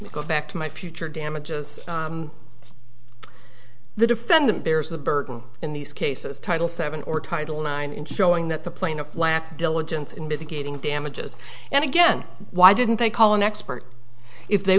go back to my future damages the defendant bears the burden in these cases title seven or title nine in showing that the plaintiff lacked diligence in mitigating damages and again why didn't they call an expert if they